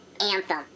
Anthem